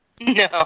No